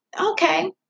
Okay